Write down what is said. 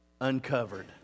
uncovered